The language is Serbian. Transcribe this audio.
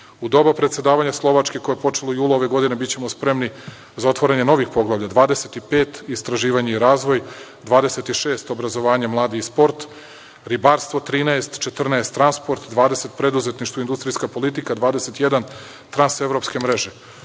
U doba predsedavanja Slovačke, koje je počelo u julu ove godine, bićemo spremni za otvaranje novih poglavlja: 25 – istraživanje i razvoj, 25 – obrazovanje, mladi i sport, 13 – ribarstvo, 14 – transport, 20 – preduzetništvo, industrijska politika, 21 – transeveropske